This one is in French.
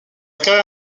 carrière